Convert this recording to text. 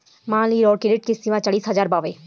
मान ली राउर क्रेडीट के सीमा चालीस हज़ार बावे